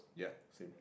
yeah same